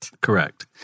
Correct